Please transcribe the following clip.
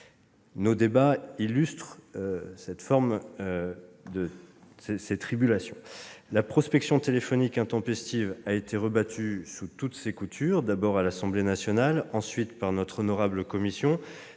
Nos débats illustrent ces tribulations. La prospection téléphonique intempestive a été rebattue sous toutes ses coutures : d'abord à l'Assemblée nationale, puis par notre honorable commission,